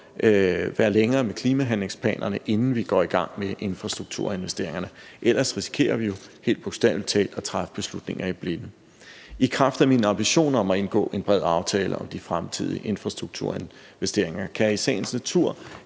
være længere med klimahandlingsplanerne, inden vi går i gang med infrastrukturinvesteringerne, ellers risikerer vi jo, helt bogstavelig talt, at træffe beslutninger i blinde. I kraft af min ambition om at indgå en bred aftale om de fremtidige infrastrukturinvesteringer kan jeg i sagens natur